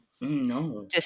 No